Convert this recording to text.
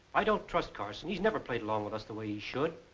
i don't trust carson. he's never played along with us the way he should.